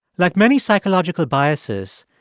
like many psychological biases,